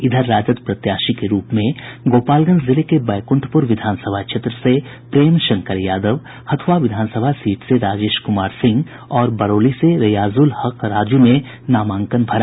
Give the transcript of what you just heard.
इधर राजद प्रत्याशी के रूप में गोपालगंज जिले के बैकुंठप्रर विधानसभा क्षेत्र से प्रेम शंकर यादव हथ्रआ विधानसभा सीट से राजेश कुमार सिंह और बरौली से रेयाजूल हक राजू ने नामांकन भरा